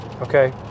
okay